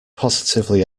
positively